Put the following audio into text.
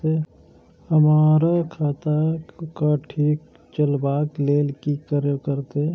हमरा खाता क ठीक स चलबाक लेल की करे परतै